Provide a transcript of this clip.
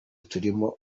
turimo